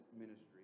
ministry